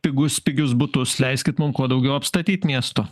pigus pigius butus leiskit mum kuo daugiau apstatyt miestų